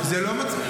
זה לא מצחיק.